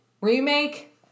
remake